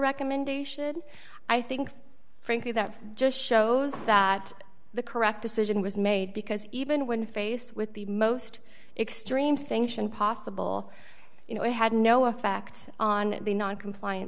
recommendation i think frankly that just shows that the correct decision was made because even when faced with the most extreme sanction possible you know we had no effect on the non compliant